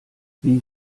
wie